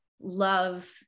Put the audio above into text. love